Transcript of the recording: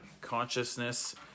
consciousness